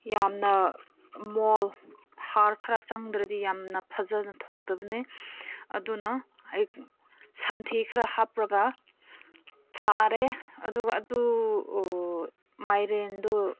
ꯌꯥꯝꯅ ꯃꯣꯜ ꯍꯥꯔ ꯈꯔ ꯆꯪꯗ꯭ꯔꯗꯤ ꯌꯥꯝꯅ ꯐꯖꯅ ꯊꯣꯛꯇꯕꯅꯦ ꯑꯗꯨꯅ ꯑꯩ ꯁꯟꯊꯤ ꯈꯔ ꯍꯥꯞꯂꯒ ꯊꯥꯔꯦ ꯑꯗꯨꯒ ꯑꯗꯨ ꯃꯥꯏꯔꯦꯟꯗꯨ